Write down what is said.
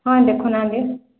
ହଁ ଦେଖୁନାହାଁନ୍ତି